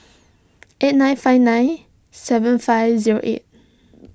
eight nine five nine seven five zero eight